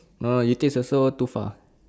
no you taste also too far